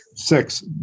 Six